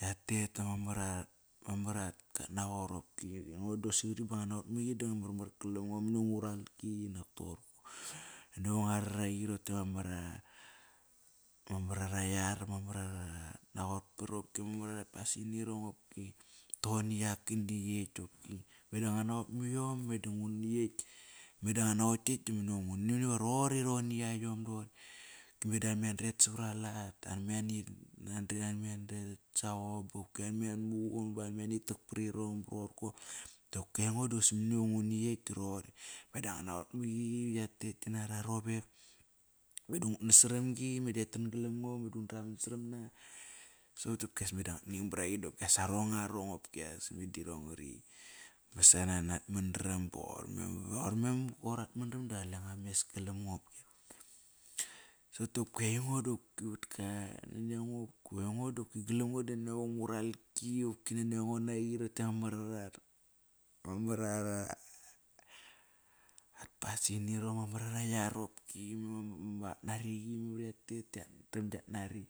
Yatet ama mar at katnaqot qopki. Meda si nguat naqot maqi da marmar kalam ngo. Mani va ngu ral ki inak toqorko naniango va ngua rarawi rote ama mar, ama mar ara yar ma mar ava naqotspat, ma mar at pasin nirong qopki doqor na yak kana yekt dopki. Meda nguat naqot miom meda nguni ekt. Meda nguat naqot ktekt. Mani va roqori roqor na yayom. Meda an me adret sava ralat an me anitak prirong. Dopki aingo dosi mani va nguna ekt da roqori. Meda nguan noqot maqi ya tet kinara rovek. Meda ngut nas saram-gi meda yatan kalam ngo, ngada undraman saram na. Sopdopkias meda nguat ning baraqi dopkias arong, arong qopkias meda irong ngari masana nat madaram. Qoir at madaram da qalenga mes galam ngo. Sopt dopki aingo dopki vat qua, naniango, naniango va ngo va nguralki, qopki naniango naqi rote ama marara ma marara at pasinirong, ma mar ara yar qopki, ama qutnariqi mamar iva yatet da yatram giat nari.